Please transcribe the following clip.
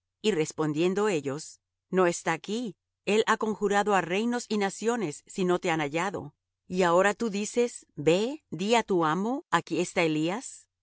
y respondiendo ellos no está aquí él ha conjurado á reinos y naciones si no te han hallado y ahora tú dices ve di á tu amo aquí está elías